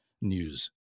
news